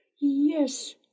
Yes